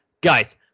Guys